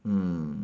mm